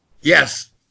Yes